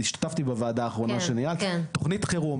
השתתפתי בוועדה האחרונה שניהלת זו תוכנית חירום.